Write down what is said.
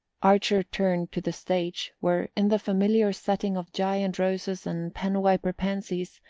archer turned to the stage, where, in the familiar setting of giant roses and pen-wiper pansies,